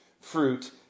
fruit